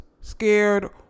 scared